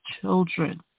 children